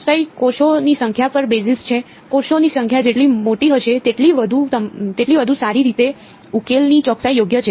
ચોકસાઈ કોષોની સંખ્યા પર બેસિસ છે કોષોની સંખ્યા જેટલી મોટી હશે તેટલી વધુ સારી રીતે ઉકેલની ચોકસાઈ યોગ્ય છે